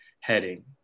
heading